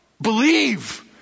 believe